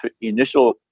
initial